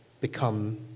become